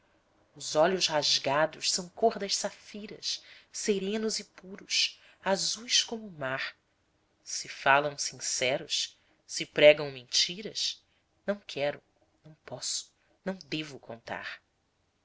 os olhos rasgados são cor das safiras serenos e puros azuis como o mar se falam sinceros se pregam mentiras não quero não posso não devo contar